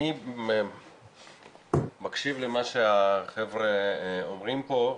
אני מקשיב למה שהחבר'ה אומרים פה,